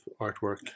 artwork